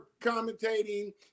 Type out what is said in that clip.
commentating